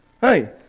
Hey